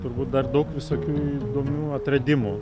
turbūt dar daug visokių įdomių atradimų